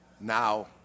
now